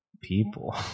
people